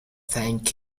thank